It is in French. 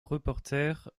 reporter